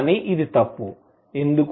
కానీ ఇది తప్పు ఎందుకు